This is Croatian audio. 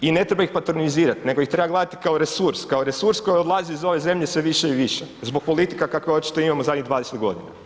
I ne treba ih patronizirati nego ih treba gledati kao resurs, kao resurs koji odlazi iz ove zemlje sve više i više zbog politika kakve očito imamo u zadnjih 20 godina.